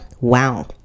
Wow